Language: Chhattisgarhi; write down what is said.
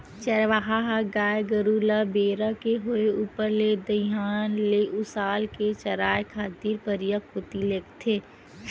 चरवाहा ह गाय गरु ल बेरा के होय ऊपर ले दईहान ले उसाल के चराए खातिर परिया कोती लेगथे